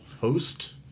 host